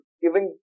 giving